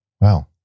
Wow